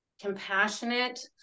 compassionate